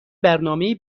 برنامهای